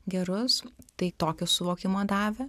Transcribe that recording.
gerus tai tokio suvokimo davė